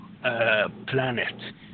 planet